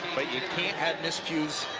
you can't have miscues.